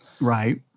Right